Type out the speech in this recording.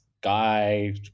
guy